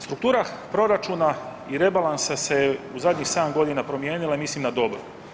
Struktura proračun i rebalansa se u zadnjih 7 godina promijenila i mislim na dobro.